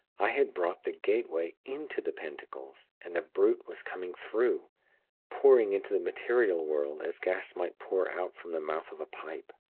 i had brought the gateway into the pentacles, and the brute was coming through pouring into the material world, as gas might pour out from the mouth of a pipe.